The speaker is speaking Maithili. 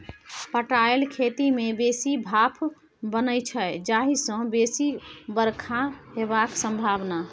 पटाएल खेत मे बेसी भाफ बनै छै जाहि सँ बेसी बरखा हेबाक संभाबना